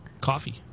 coffee